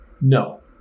No